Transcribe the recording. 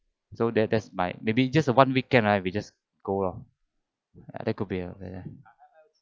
so that that is my maybe just a one weekend right we just go loh